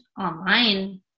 online